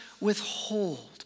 withhold